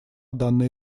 данной